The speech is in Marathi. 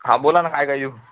हा बोला ना काय काय देऊ